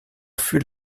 fut